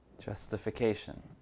justification